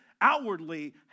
outwardly